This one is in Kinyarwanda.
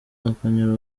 gutandukanya